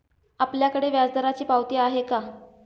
आपल्याकडे व्याजदराची पावती आहे का?